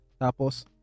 tapos